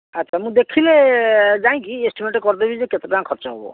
ଆଚ୍ଛା ମୁଁ ଦେଖିଲେ ଯାଇକି ଏଷ୍ଟିମେଟ୍ କରିଦେବି ଯେ କେତେ ଟଙ୍କା ଖର୍ଚ୍ଚ ହେବ